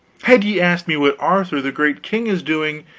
had ye asked me what arthur the great king is doing,